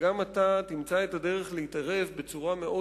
שגם אתה תמצא את הדרך להתערב בצורה מאוד